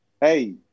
Hey